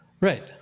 Right